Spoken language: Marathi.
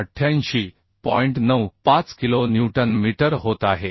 95 किलो न्यूटन मीटर होत आहे